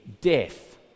death